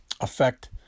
affect